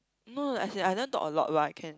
no as in I never talk a lot lah can